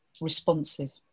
responsive